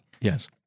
Yes